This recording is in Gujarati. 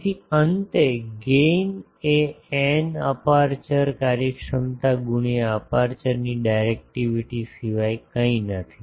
તેથી અંતે ગેઇન એ η અપેર્ચર કાર્યક્ષમતા ગુણ્યાં અપેર્ચર ની ડિરેકટીવીટીસિવાય કંઈ નથી